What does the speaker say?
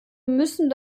müssen